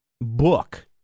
book